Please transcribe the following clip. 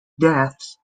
deaths